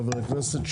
חבר הכנסת,